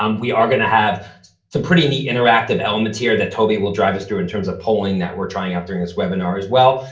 um we are gonna have some pretty neat interactive elements here that toby will drive us through in terms of polling that we're trying out during this webinar as well.